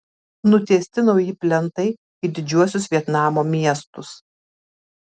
nutiesti nauji plentai į didžiuosius vietnamo miestus